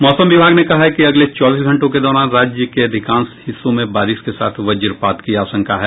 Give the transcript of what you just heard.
मौसम विभाग ने कहा है कि अगले चौबीस घंटों के दौरान राज्य के अधिकांश हिस्सों में बारिश के साथ वजपात की आशंका है